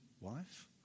wife